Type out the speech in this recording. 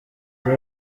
rya